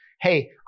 Hey